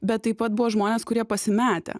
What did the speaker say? bet taip pat buvo žmonės kurie pasimetę